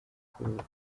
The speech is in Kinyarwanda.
kurota